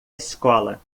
escola